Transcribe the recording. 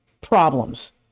problems